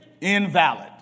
Invalid